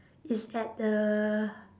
is at the